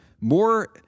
more